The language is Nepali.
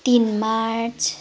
तिन मार्च